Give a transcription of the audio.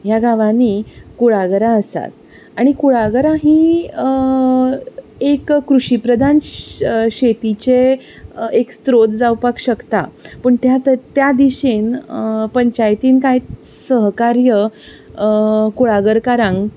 ह्या गांवांनी कुळागरां आसात आनी कुळागरां हीं एक कृषीप्रधान शेतीचे एक स्त्रोत जावपाक शकता पूण त्या दिशेन पंचायतीन कांयच सहकार्य कुळागरकारांक